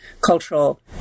cultural